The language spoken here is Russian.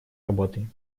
работой